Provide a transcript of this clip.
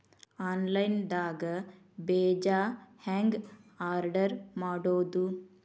Online ದಾಗ ಬೇಜಾ ಹೆಂಗ್ ಆರ್ಡರ್ ಮಾಡೋದು?